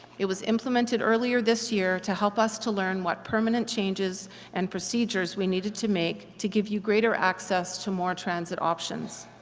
it was implemented earlier this year to help us to learn what permanent changes and procedures we needed to make to give you greater access to more transit options.